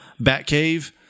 Batcave